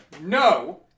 No